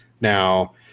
Now